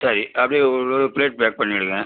சரி அப்படியே ஒரு ஒரு ப்ளேட் பேக் பண்ணிவிடுங்க